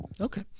Okay